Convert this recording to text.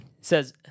says